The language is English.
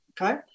Okay